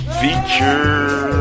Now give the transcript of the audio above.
feature